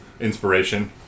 inspiration